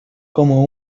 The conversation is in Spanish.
como